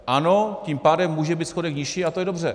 Ano, tím pádem může být schodek nižší a to je dobře.